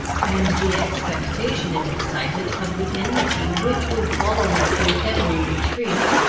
and the expectation it excited of the enmity which would follow me through every retreat,